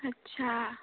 আচ্ছা